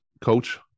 coach